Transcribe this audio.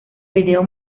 video